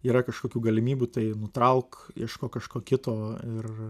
yra kažkokių galimybių tai nutrauk ieškok kažko kito ir